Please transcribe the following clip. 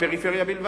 בפריפריה בלבד,